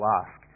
ask